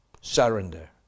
Surrender